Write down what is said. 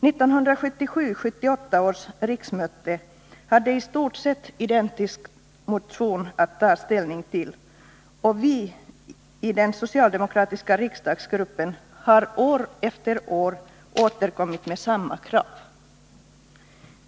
1977/78 års riksmöte hade en i stort sett identisk motion att ta ställning till, och vi i den socialdemokratiska riksdagsgruppen har år efter år återkommit med samma krav.